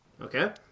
okay